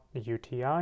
UTI